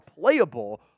playable